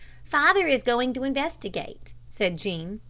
father is going to investigate, said jean,